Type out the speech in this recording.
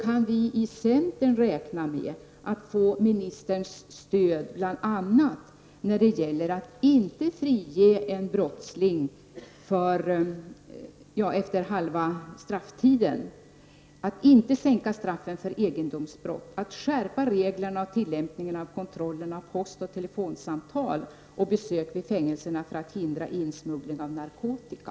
Kan vi i centern räkna med att få ministerns stöd när det gäller att inte frige en brottsling efter halva strafftiden, att inte sänka straffen för egendomsbrott och att skärpa reglerna för och tillämpningen av kontrollen av post, telefonsamtal och besök vid fängelserna för att förhindra insmuggling av narkotika?